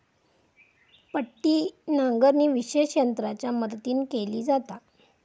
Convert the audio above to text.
पट्टी नांगरणी विशेष यंत्रांच्या मदतीन केली जाता